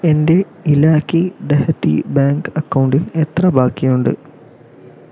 എൻ്റെ ഇലാക്കി ദെഹത്തി ബാങ്ക് അക്കൗണ്ടിൽ എത്ര ബാക്കിയുണ്ട്